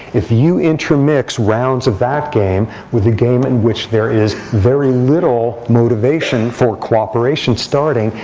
if you intermix rounds of that game with a game in which there is very little motivation for cooperation starting,